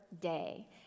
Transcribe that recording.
day